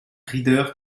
rider